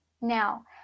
now